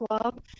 club